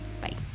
Bye